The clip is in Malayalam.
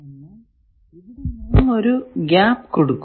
എന്നാൽ ഇവിടെ നാം ഒരു ഗ്യാപ് കൊടുക്കുന്നു